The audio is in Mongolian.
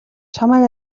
чамайг